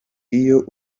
iyo